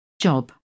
Job